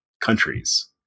countries